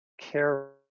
care